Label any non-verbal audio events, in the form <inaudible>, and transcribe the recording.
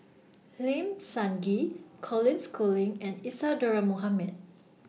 <noise> Lim Sun Gee Colin Schooling and Isadhora Mohamed